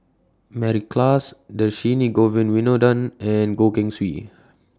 Mary Klass Dhershini Govin Winodan and Goh Keng Swee